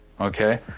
okay